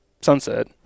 sunset